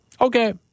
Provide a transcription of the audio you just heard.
Okay